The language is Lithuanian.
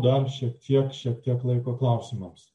dar šiek tiek šiek tiek laiko klausimams